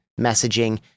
messaging